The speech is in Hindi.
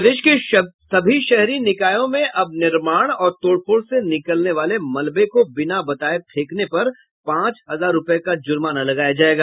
प्रदेश के सभी शहरी निकायों में अब निर्माण और तोड़फोड़ से निकलने वाले मलवे का बिना बताये फेंकने पर पांच हजार रूपये का जुर्माना लगाया जायेगा